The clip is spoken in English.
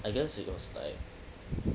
I guess it was like